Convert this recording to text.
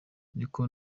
niko